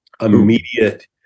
immediate